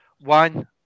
One